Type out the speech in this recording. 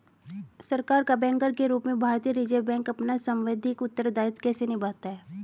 सरकार का बैंकर के रूप में भारतीय रिज़र्व बैंक अपना सांविधिक उत्तरदायित्व कैसे निभाता है?